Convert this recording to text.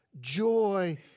joy